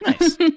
Nice